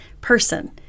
person